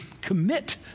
commit